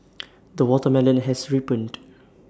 the watermelon has ripened